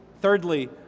Thirdly